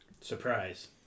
Surprise